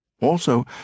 Also